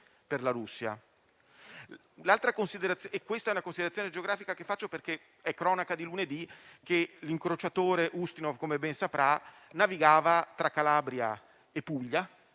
per la Russia